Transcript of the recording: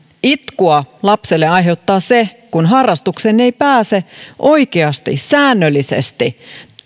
itkua lapselle aiheuttaa se kun harrastukseen ei pääse oikeasti säännöllisesti